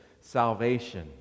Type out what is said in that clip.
salvation